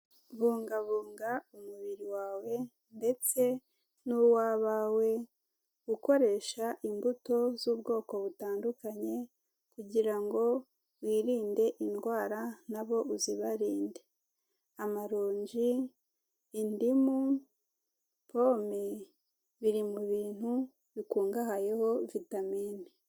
Bungabunga umubiri wawe ndetse n'uw'abawe, ukoresha imbuto z'ubwoko butandukanye. Kugira ngo wirinde indwara nabo uzibarinde. Amaronge, indimu, pome biri mu bintu bikungahayeho kuri vitamine.